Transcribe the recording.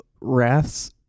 Wraths